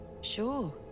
Sure